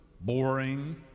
boring